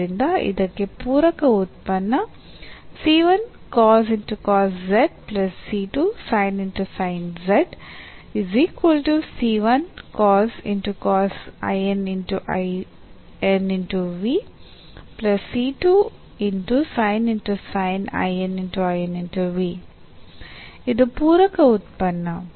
ಆದ್ದರಿಂದ ಇದಕ್ಕೆ ಪೂರಕ ಉತ್ಪನ್ನ ಇದು ಪೂರಕ ಉತ್ಪನ್ನ